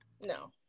no